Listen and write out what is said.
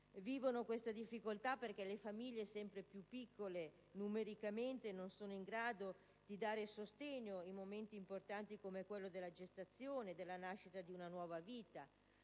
vivono questa difficoltà perché le famiglie, sempre più piccole numericamente, non sono in grado di dare loro sostegno in momenti importanti come quello della gestazione e della nascita di una nuova vita.